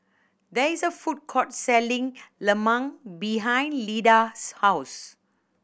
there is a food court selling lemang behind Leda's house